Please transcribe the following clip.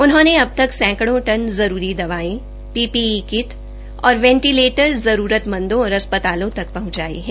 उन्होंने अब तक सैकड़ों टन जरूरी दवायें पीपीई किट और वेंटीलेटर जरूरतमंदों तथा अस्पतालों तक शहंचाये है